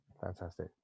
Fantastic